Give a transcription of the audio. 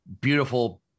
beautiful